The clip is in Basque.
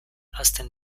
hasten